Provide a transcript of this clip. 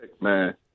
Man